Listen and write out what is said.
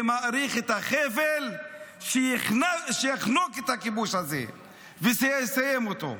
זה מאריך את החבל שיחנוק את הכיבוש הזה ושיסיים אותו.